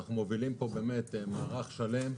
שאנחנו מובילים פה מערך שלם.